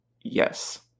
Yes